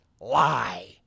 lie